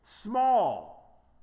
small